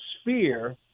sphere